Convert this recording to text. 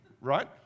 right